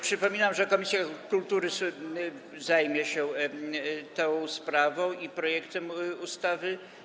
Przypominam, że komisja kultury zajmie się tą sprawą i projektem ustawy.